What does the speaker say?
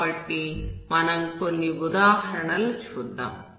కాబట్టి మనం కొన్ని ఉదాహరణలు చూద్దాం